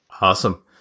Awesome